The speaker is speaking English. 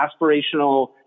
aspirational